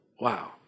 Wow